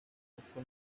kuko